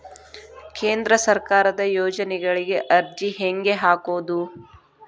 ಕೇಂದ್ರ ಸರ್ಕಾರದ ಯೋಜನೆಗಳಿಗೆ ಅರ್ಜಿ ಹೆಂಗೆ ಹಾಕೋದು?